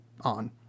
on